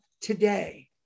today